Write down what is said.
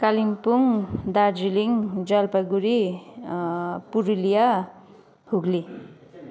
Kalimpong Darjeeling Jalpaiguri Purulia Hooghly